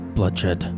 Bloodshed